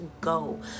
go